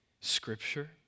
scripture